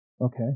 Okay